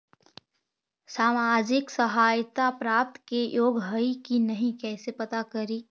सामाजिक सहायता प्राप्त के योग्य हई कि नहीं कैसे पता करी?